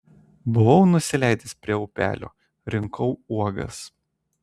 buvau nusileidęs prie upelio rinkau uogas